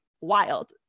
wild